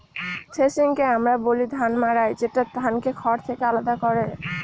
থ্রেশিংকে আমরা বলি ধান মাড়াই যেটা ধানকে খড় থেকে আলাদা করে